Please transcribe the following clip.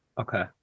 Okay